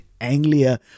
Anglia